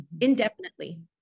Indefinitely